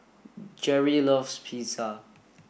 Gerry loves Pizza